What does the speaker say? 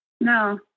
No